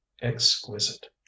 exquisite